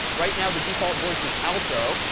right now the default voice is alto.